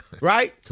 right